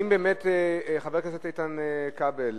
אם באמת חבר הכנסת איתן כבל